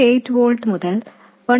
8 volts മുതൽ 1